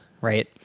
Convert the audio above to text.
right